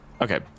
Okay